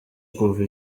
kuva